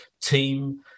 team